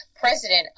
president